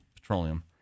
petroleum